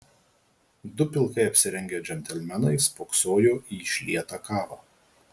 du pilkai apsirengę džentelmenai spoksojo į išlietą kavą